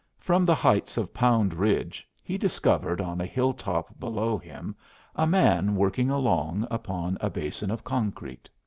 from the heights of pound ridge he discovered on a hilltop below him a man working along upon a basin of concrete.